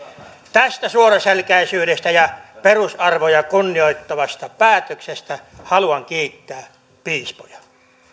tästä suoraselkäisyydestä ja perusarvoja kunnioittavasta päätöksestä haluan kiittää piispoja